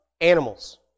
animals